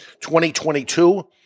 2022